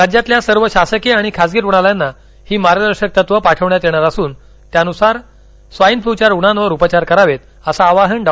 राज्यातील सर्व शासकीय आणि खासगी रुग्णालयांना ही मार्गदर्शक तत्वं पाठवण्यात येणार असून त्यानुसार स्वाईन फ्लूच्या रुग्णांवर उपचार करावेत असं आवाहन डॉ